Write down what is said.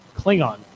Klingon